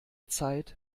zeit